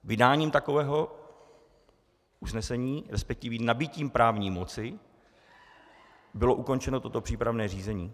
Vydáním takového usnesení, respektive nabytím právní moci bylo ukončeno toto přípravné řízení.